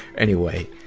anyway,